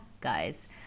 guys